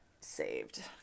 saved